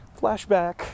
flashback